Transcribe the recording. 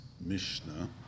Mishnah